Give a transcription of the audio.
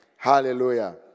Hallelujah